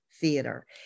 theater